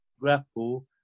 grapple